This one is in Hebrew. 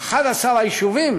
11 היישובים